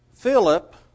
Philip